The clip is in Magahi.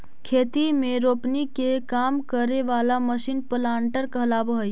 खेती में रोपनी के काम करे वाला मशीन प्लांटर कहलावऽ हई